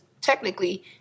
technically